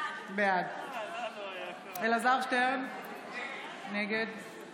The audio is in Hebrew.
בעד אלעזר שטרן, נגד